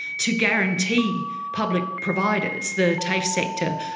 to guarantee public providers, the tafe sector,